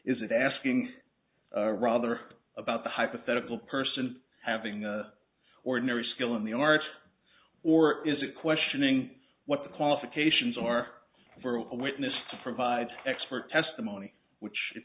it asking rather about the hypothetical person having the ordinary skill in the arts or is it questioning what the qualifications are for a witness to provide expert testimony which it